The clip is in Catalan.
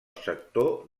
sector